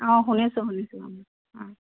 অঁ শুনিছো শুনিছোঁ অঁ